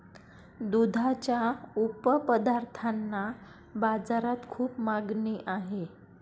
दुधाच्या उपपदार्थांना बाजारात खूप मागणी आहे